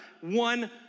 one